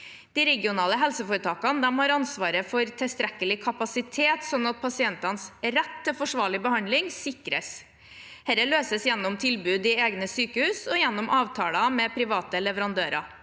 De regionale helseforetakene har ansvaret for tilstrekkelig kapasitet, slik at pasientenes rett til forsvarlig behandling sikres. Dette løses gjennom tilbud i egne sykehus og gjennom avtaler med private leverandører.